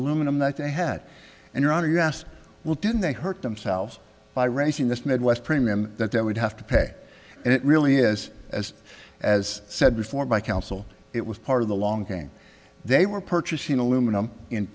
aluminum that they head and your honor yes well didn't they hurt themselves by raising this midwest premium that they would have to pay and it really is as as said before by council it was part of the long game they were purchasing aluminum in